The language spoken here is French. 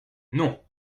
non